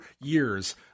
years